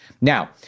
Now